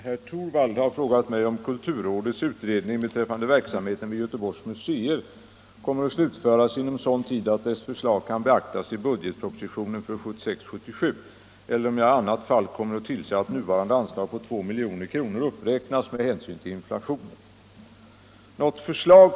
1974 års vårriksdag anslog 2 milj.kr. till Göteborgs museer för budgetåret 1974/75, eftersom MUS 65 framhållit att detta var det minimibidrag som borde utgå i avvaktan på förslag från den utredning som begärdes i samma riksdagsbeslut. Inflationen urholkar nu snabbt det reella värdet av detta anslag.